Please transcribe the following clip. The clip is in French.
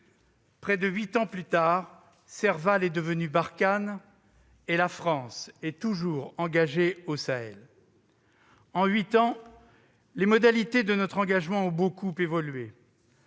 Près de huit ans plus tard, Serval est devenue Barkhane, et la France est toujours engagée au Sahel. En huit ans, les modalités de notre engagement ont beaucoup évolué.